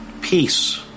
peace